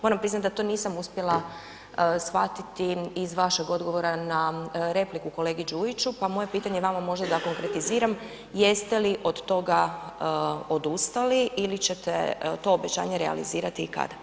Moram priznati da to nisam uspjela shvatiti iz vašeg odgovora na repliku kolegi Đujiću pa moje pitanje vama, možda da konkretiziram, jeste li od toga odustali ili ćete to obećanje realizirati i kada?